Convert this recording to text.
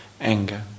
anger